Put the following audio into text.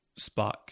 Spock